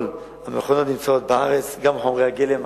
כל המכונות נמצאות בארץ, גם חומרי הגלם.